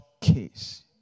case